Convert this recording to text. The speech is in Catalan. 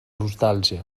nostàlgia